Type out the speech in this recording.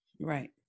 Right